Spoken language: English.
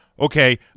Okay